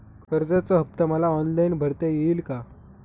कर्जाचा हफ्ता मला ऑनलाईन भरता येईल का?